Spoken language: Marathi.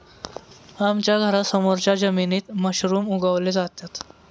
आमच्या घरासमोरच्या जमिनीत मशरूम उगवले जातात